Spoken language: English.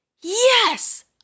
yes